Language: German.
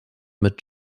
mit